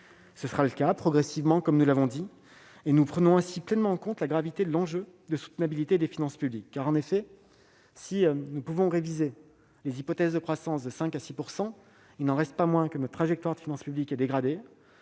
Ce sera le cas progressivement, comme nous l'avons dit, et nous prenons ainsi pleinement en compte l'importance de l'objectif de soutenabilité de nos finances publiques. En effet, si nous pouvons réviser l'hypothèse de croissance de 5 % à 6 %, il n'en reste pas moins que la trajectoire de nos finances publiques est dégradée